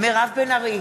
מירב בן ארי,